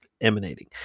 emanating